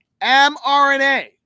mRNA